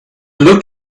looked